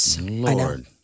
Lord